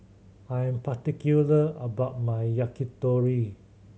I'm particular about my Yakitori